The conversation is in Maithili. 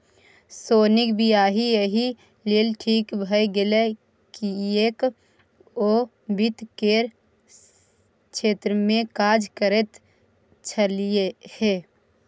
सोनीक वियाह एहि लेल ठीक भए गेल किएक ओ वित्त केर क्षेत्रमे काज करैत छलीह